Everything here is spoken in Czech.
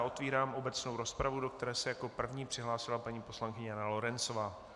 Otevírám obecnou rozpravu, do které se jako první přihlásila paní poslankyně Jana Lorencová.